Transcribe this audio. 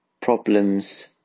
problems